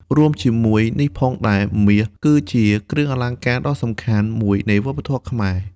រួមជាមួយនេះផងដែរ មាស គឺជាគ្រឿងអលង្ការដ៏សំខាន់មួយនៃវប្បធម៌ខ្មែរ។